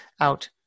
out